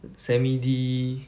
semi_D